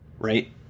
Right